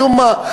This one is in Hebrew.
משום מה.